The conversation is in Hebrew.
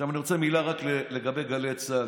עכשיו, אני רוצה לומר מילה רק לגבי גלי צה"ל.